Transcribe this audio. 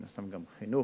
אני שם גם חינוך,